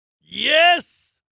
Yes